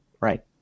right